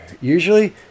Usually